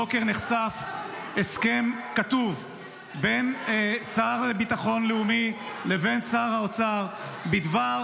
הבוקר נחשף הסכם כתוב בין השר לביטחון לאומי לבין שר האוצר בדבר